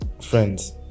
friends